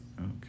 Okay